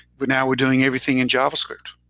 but now we're doing everything in javascript.